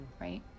Right